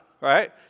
right